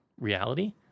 reality